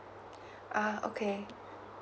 ah okay